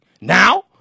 Now